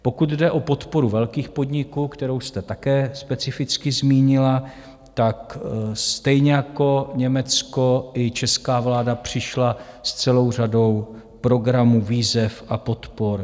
Pokud jde o podporu velkých podniků, kterou jste také specificky zmínila, stejně jako Německo i česká vláda přišla s celou řadou programů, výzev a podpor.